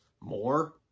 more